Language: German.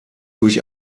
durch